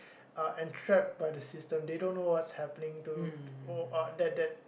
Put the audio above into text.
uh entrap by the system they don't know what's happening to uh that that